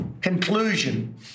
conclusion